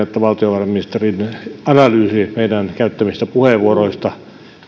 että valtiovarainministerin analyysi meidän käyttämistämme puheenvuoroista